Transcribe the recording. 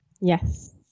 Yes